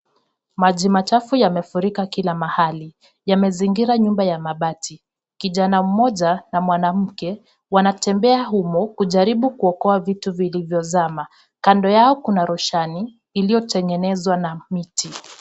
Hapa panaonekana pana wanasoka ambao wanasherehekea ushindi wao ambapo mmoja wao amebeba kikombe na mwingine amebeba mpira. Wana furaha zaidi.